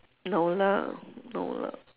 no lah no lah